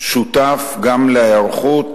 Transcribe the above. שותף גם להיערכות